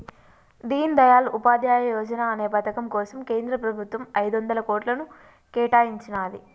దీన్ దయాళ్ ఉపాధ్యాయ యోజనా అనే పథకం కోసం కేంద్ర ప్రభుత్వం ఐదొందల కోట్లను కేటాయించినాది